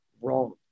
wrong